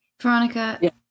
Veronica